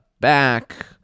back